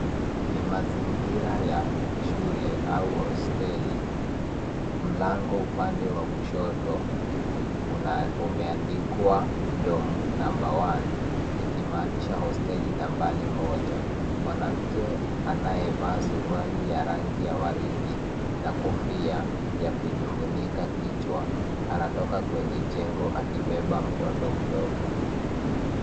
Ni mazingira ya shule au hosteli. Mlango upande wa kushoto umeandikwa dorm number one ikimaanisha hosteli nambari moja. Mwanamke anayevaa suruali ya rangi ya waridi na kofia ya kujifunika kichwa anatoka kwenye jengo akibeba mtoto mdogo.